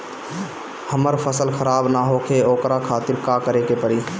हमर फसल खराब न होखे ओकरा खातिर का करे के परी?